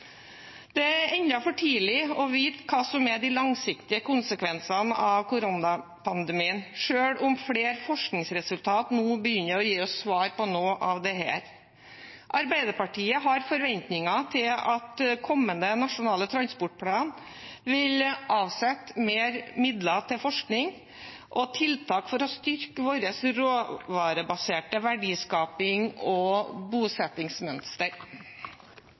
Det er ennå for tidlig å vite hva som er de langsiktige konsekvensene av koronapandemien, selv om flere forskningsresultater nå begynner å gi oss svar på noe av dette. Arbeiderpartiet har forventninger til at kommende Nasjonal transportplan vil avsette mer midler til forskning og tiltak for å styrke vår råvarebaserte verdiskaping og bosettingsmønster.